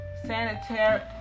sanitary